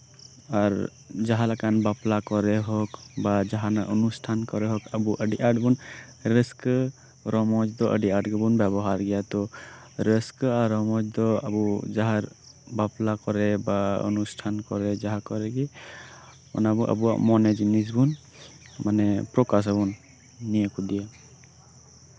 ᱟᱨ ᱡᱟᱸᱦᱟ ᱞᱮᱠᱟᱱ ᱵᱟᱯᱞᱟ ᱠᱚᱨᱮ ᱦᱳᱜ ᱵᱟ ᱡᱟᱸᱦᱟᱱᱟᱜ ᱚᱱᱩᱥᱴᱷᱟᱱ ᱠᱚᱨᱮ ᱦᱳᱠ ᱟᱵᱚ ᱟᱹᱰᱤ ᱪᱟᱲ ᱵᱚ ᱨᱟᱹᱥᱠᱟᱹ ᱨᱚᱢᱚᱡ ᱟᱹᱰᱤ ᱟᱸᱴ ᱵᱚᱱ ᱵᱮᱵᱚᱦᱟᱨ ᱜᱮᱭᱟ ᱛᱳ ᱨᱟᱹᱥᱠᱟᱹ ᱨᱚᱢᱚᱡ ᱫᱚ ᱟᱵᱚ ᱡᱟᱸᱦᱟ ᱵᱟᱯᱞᱟ ᱠᱚᱨᱮ ᱵᱟ ᱚᱱᱩᱥᱛᱷᱟᱱ ᱠᱚᱨᱮ ᱟᱵᱚᱣᱟᱜ ᱢᱚᱱᱮ ᱡᱤᱱᱤᱥ ᱵᱚᱱ ᱢᱟᱱᱮ ᱯᱨᱚᱠᱟᱥ ᱟᱵᱚᱱ ᱱᱤᱭᱟᱹ ᱠᱚᱜᱮ